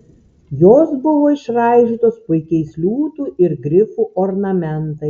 jos buvo išraižytos puikiais liūtų ir grifų ornamentais